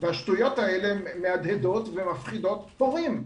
והשטויות האלה מהדהדות ומפחידות הורים.